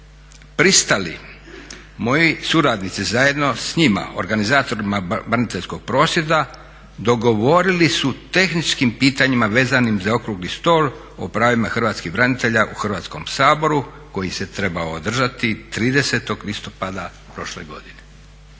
pristali moji suradnici zajedno sa njima organizatorima braniteljskog prosvjeda dogovorili su tehničkim pitanjima vezanim za okrugli stol o pravima hrvatskih branitelja u Hrvatskom saboru koji se trebao održati 30. listopada prošle godine.